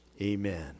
amen